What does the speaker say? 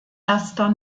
erster